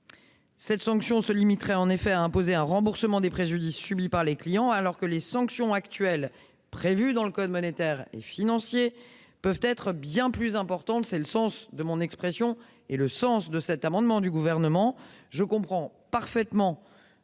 Cette sanction se limiterait en effet à imposer un remboursement des préjudices subis par les clients, alors que les sanctions actuellement prévues dans le code monétaire et financier peuvent être bien plus importantes- c'est pourquoi le Gouvernement a déposé cet amendement de suppression. Je comprends parfaitement